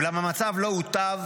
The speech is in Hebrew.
אולם המצב לא הוטב"